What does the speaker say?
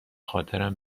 خاطرم